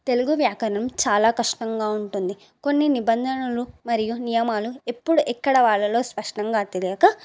తెలుగు వ్యాకరణం చాలా కష్టంగా ఉంటుంది కొన్ని నిబంధనలు మరియు నియమాలు ఎప్పుడు ఎక్కడ వాడాలో స్పష్టంగా తెలియక